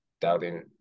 doubting